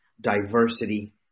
diversity